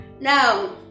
Now